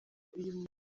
uyu